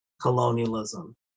colonialism